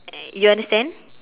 you understand